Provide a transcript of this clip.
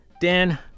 Dan